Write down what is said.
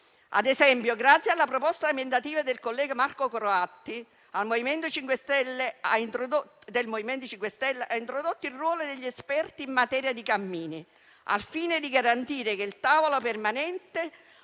Ad esempio, grazie alla proposta emendativa del collega Marco Croatti del MoVimento 5 Stelle, è stato introdotto il ruolo degli esperti in materia di cammini, al fine di garantire che il tavolo permanente